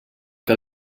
que